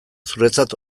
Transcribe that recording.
zuretzat